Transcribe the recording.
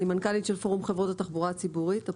אני מנכ"לית של פורום חברות התחבורה הציבורית.